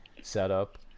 setup